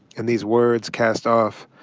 and these words cast off,